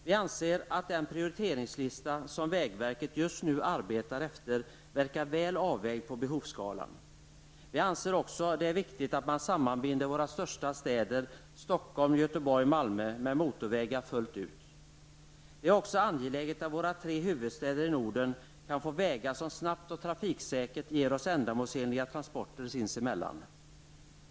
Vi anser att den prioriteringslista som vägverket just nu arbetar efter verkar väl avvägd på behovsskalan. Vi anser också det är viktigt att man sammanbinder våra största städer, Stockholm-- Göteborg--Malmö, med motorvägar fullt ut. Det är också angeläget att våra tre huvudstäder i Norden kan få vägar som snabbt och trafiksäkert ger oss ändamålsenliga transporter sinsemellan.